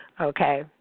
okay